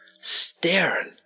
staring